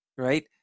Right